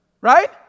Right